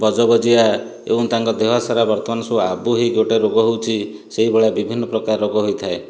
ବଜବଜିଆ ଏବଂ ତାଙ୍କ ଦେହ ସାରା ବର୍ତ୍ତମାନ ସବୁ ଆବୁ ହେଇକି ଗୋଟେ ରୋଗ ହଉଛି ସେହିଭଳିଆ ବିଭିନ୍ନ ପ୍ରକାରର ରୋଗ ହୋଇଥାଏ